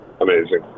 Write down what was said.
Amazing